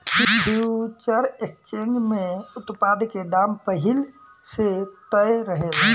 future exchange में उत्पाद के दाम पहिल से तय रहेला